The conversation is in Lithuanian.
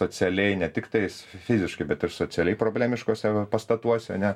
socialiai netiktais fiziškai bet ir socialiai problemiškose pastatuose ane